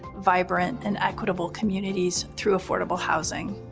vibrant, and equitable communities through affordable housing.